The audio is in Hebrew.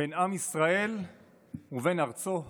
בין עם ישראל ובין ארצו היחידה.